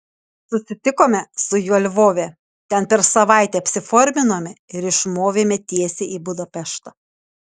susitikome su juo lvove ten per savaitę apsiforminome ir išmovėme tiesiai į budapeštą